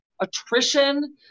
attrition